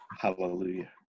Hallelujah